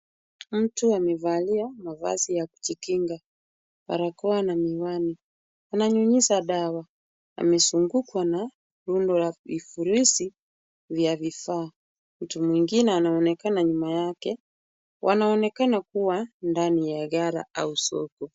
Mtu amevalia mavazi ya kujikinga, barakoa na miwani. Wananyunyuza dawa, amezungukwa na rundo la vifurushi vya vifaa. Mtu mwingine anaonekana nyuma yake. Wanaonekana kuwa ndani ya ghala au soko.